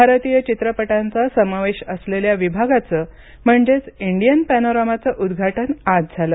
भारतीय चित्रपटांचा समावेश असलेल्या विभागाचं म्हणजे इंडियन पॅनोरमाचं उद्घाटन आज झालं